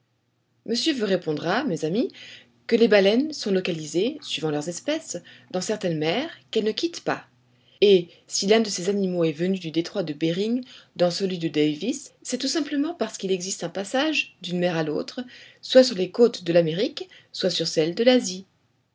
monsieur vous répondra mes amis que les baleines sont localisées suivant leurs espèces dans certaines mers qu'elles ne quittent pas et si l'un de ces animaux est venu du détroit de béring dans celui de davis c'est tout simplement parce qu'il existe un passage d'une mer à l'autre soit sur les côtes de l'amérique soit sur celles de l'asie